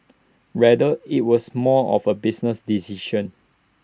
rather IT was more of A business decision